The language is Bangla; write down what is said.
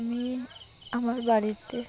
আমি আমার বাড়িতে